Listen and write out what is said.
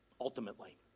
ultimately